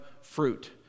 fruit